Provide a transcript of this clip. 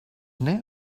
now